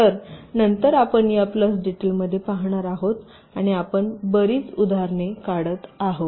तर नंतर आपण या प्लस डिटेलमध्ये पाहणार आहोत आणि आपण बरीच उदाहरणे काढत आहोत